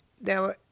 Now